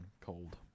cold